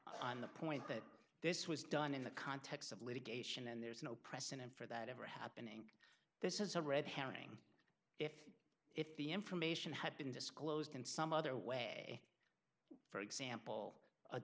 on the point that this was done in the context of litigation and there's no precedent for that ever happening this is a red herring if if the information had been disclosed in some other way for example